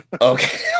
Okay